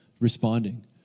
responding